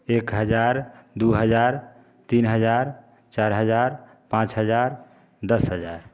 एक हज़ार दो हज़ार तीन हज़ार चार हज़ार पाँच हज़ार दस हज़ार